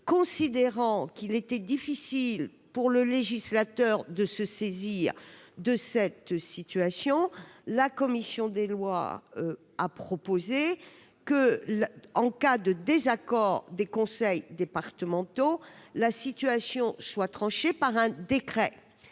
Considérant qu'il était difficile pour le législateur de se saisir de ces situations, la commission des lois a proposé que, en cas de désaccord des conseils départementaux, le différend soit tranché par décret.